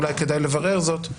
אולי כדאי לברר זאת.